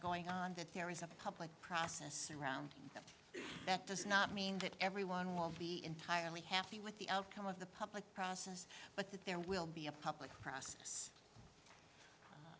going on that there is a public process around them that does not mean that everyone will be entirely happy with the outcome of the public process but that there will be a public